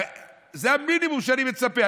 הרי זה המינימום שאני מצפה.